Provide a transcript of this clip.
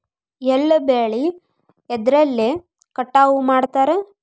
ಎಲ್ಲ ಬೆಳೆ ಎದ್ರಲೆ ಕಟಾವು ಮಾಡ್ತಾರ್?